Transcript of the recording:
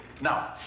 Now